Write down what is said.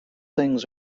things